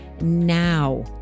now